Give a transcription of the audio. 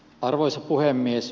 arvoisa puhemies